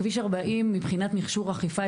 מבחינת מכשור אכיפה,